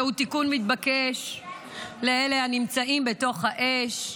זהו תיקון מתבקש לאלה הנמצאים בתוך האש.